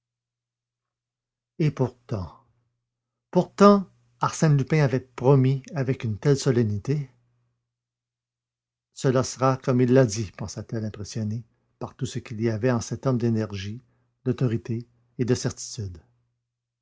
et pourtant pourtant arsène lupin avait promis avec une telle solennité cela sera comme il l'a dit pensa-t-elle impressionnée par tout ce qu'il y avait en cet homme d'énergie d'autorité et de certitude